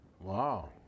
Wow